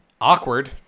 Awkward